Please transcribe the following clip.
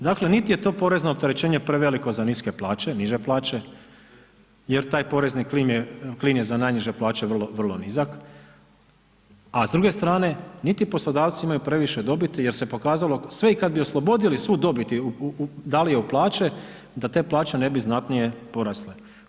Dakle niti je to porezno opterećenje preveliko za niske plaće, niže plaće, jer taj porezni klin je za najniže plaće vrlo nizak a s druge strane niti poslodavci imaju previše dobiti jer se pokazao sve i kada bi oslobodili svu dobit, dali je u plaće da te plaće ne bi znatnije porasle.